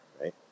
right